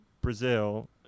Brazil